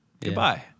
goodbye